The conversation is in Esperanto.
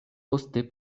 poste